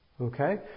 Okay